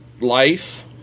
Life